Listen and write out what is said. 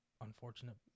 unfortunate